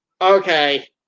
Okay